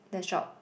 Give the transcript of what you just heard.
the shop